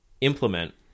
implement